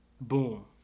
boom